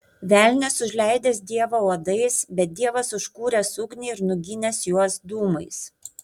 velnias užleidęs dievą uodais bet dievas užkūręs ugnį ir nuginęs juos dūmais